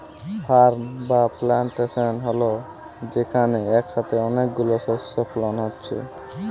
farm বা plantation হল যেখানে একসাথে অনেক গুলো শস্য ফলন হচ্ছে